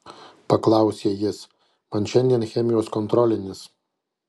paklausė jis man šiandien chemijos kontrolinis